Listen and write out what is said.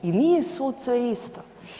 I nije svud sve isto.